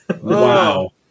Wow